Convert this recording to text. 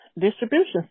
distribution